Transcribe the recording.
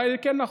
ודאי, כן נכון.